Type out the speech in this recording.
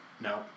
No